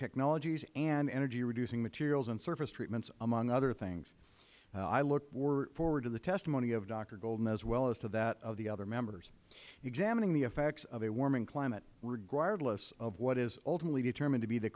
technologies and energy reducing materials and surface treatments among other things i look forward to the testimony of doctor golden as well as to that of the other members examining the effects of a warming climate regardless of what is ultimately determined to be the